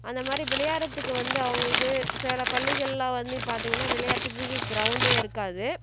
அந்தமாதிரி விளையாடுகிறத்துக்கு வந்து அவங்களுக்கு சில பள்ளிகளெலாம் வந்து பார்த்திங்கன்னா விளையாட்டுக்கு கிரௌண்டே இருக்காது